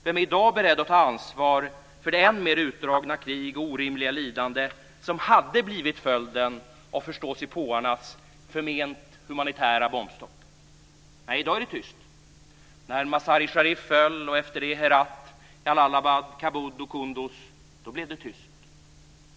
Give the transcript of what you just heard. Vem är i dag beredd att ta ansvar för det än mer utdragna krig och orimliga lidande som hade blivit följden av förståsigpåarnas förment humanitära bombstopp? Nej, i dag är det tyst. När Mazar-i-Sharif föll och efter det Herat, Jalalabad, Kabul och Kunduz blev det tyst.